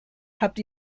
habt